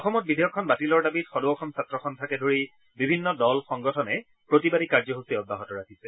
অসমত বিধেয়কখন বাতিলৰ দাবীত সদৌ অসম ছাত্ৰ সন্থাকে ধৰি বিভিন্ন দল সংগঠনে প্ৰতিবাদী কাৰ্যসূচী অব্যাহত ৰাখিছে